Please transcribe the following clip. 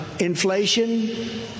Inflation